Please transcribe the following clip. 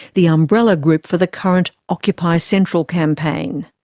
the umbrella group for the current occupy central campaign.